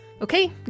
Okay